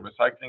recycling